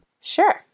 Sure